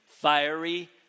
fiery